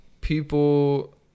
people